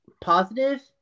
positive